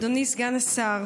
אדוני סגן השר,